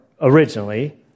originally